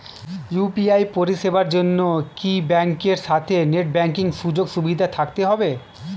UPI পরিষেবার জন্য কি ব্যাংকের সাথে নেট ব্যাঙ্কিং সুযোগ সুবিধা থাকতে হবে?